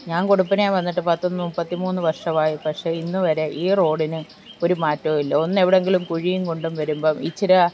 ഞാൻ കൊടുപ്പനെ വന്നിട്ട് പത്തു മുപ്പത്തി മൂന്ന് വർഷമായി പക്ഷെ ഇന്നു വരെ ഈ റോഡിന് ഒരു മാറ്റവും ഇല്ല ഒന്ന് എവിടെയെങ്കിലും കുഴിയും കുണ്ടും വരുമ്പോൾ ഇച്ചിരെ